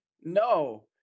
no